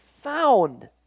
found